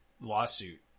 lawsuit